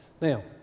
Now